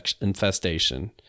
infestation